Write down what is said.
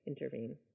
intervene